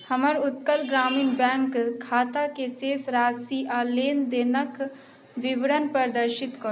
हमर उत्कल ग्रामीण बैंक खाताके शेष राशि आओर लेनदेनके विवरण प्रदर्शित करू